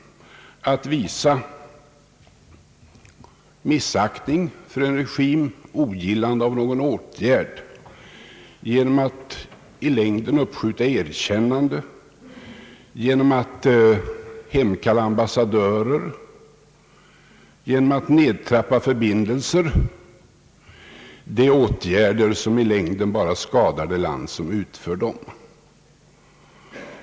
Att visa missaktning för en regim, att uttrycka ogillande av någon åtgärd genom att i längden uppskjuta ett erkännande, genom att hemkalla ambassadörer, genom att nedtrappa förbindelser, är åtgärder som i längden bara skadar det land som vidtar dem.